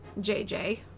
JJ